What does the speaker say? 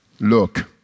Look